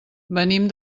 venim